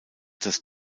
das